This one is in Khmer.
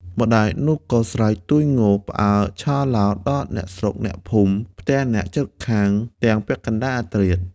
នាងម្ដាយនោះក៏ស្រែកទួញងោង ផ្អើលឆោឡោ ដល់អ្នកស្រុកអ្នកភូមិ ផ្ទះអ្នកជិតខាងទាំងពាក់កណ្ដាលអាធ្រាត ។